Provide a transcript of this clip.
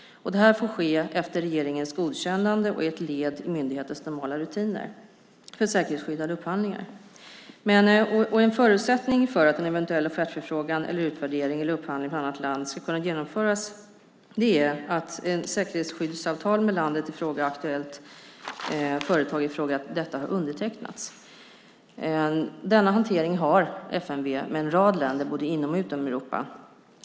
Det får ske efter regeringens godkännande och är ett led i myndighetens normala rutiner för säkerhetsskyddade upphandlingar. En förutsättning för att en eventuell offertförfrågan, utvärdering eller upphandling från annat land ska kunna genomföras är att ett säkerhetsskyddsavtal med landet i fråga och aktuellt företag har undertecknats. Denna hantering har FMV med en rad länder både inom och utom Europa.